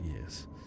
yes